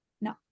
no